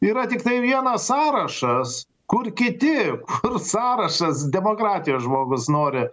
yra tiktai vienas sąrašas kur kiti kur sąrašas demokratijos žmogus nori